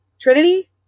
Trinity